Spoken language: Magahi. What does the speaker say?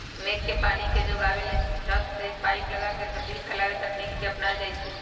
मेघ के पानी के जोगाबे लेल छत से पाइप लगा के सतही फैलाव तकनीकी अपनायल जाई छै